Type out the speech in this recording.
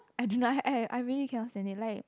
I do not I I really really cannot stand it like